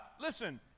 listen